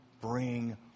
bring